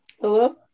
Hello